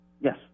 Yes